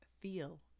feel